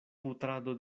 putrado